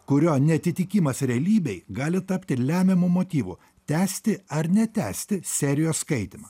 kurio neatitikimas realybei gali tapti lemiamu motyvu tęsti ar netęsti serijos skaitymą